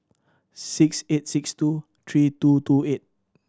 six eight six two three two two eight